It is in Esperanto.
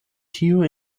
tiu